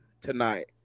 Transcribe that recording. tonight